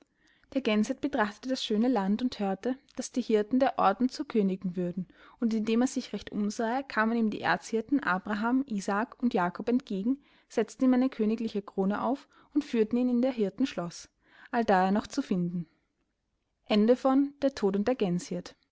der gänshirt betrachtete das schöne land und hörte daß die hirten der orten zu königen würden und indem er sich recht umsahe kamen ihm die erzhirten abraham isaac und jacob entgegen setzten ihm eine königliche krone auf und führten ihn in der hirten schloß allda er noch zu finden